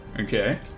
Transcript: Okay